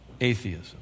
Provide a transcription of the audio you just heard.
atheism